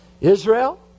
Israel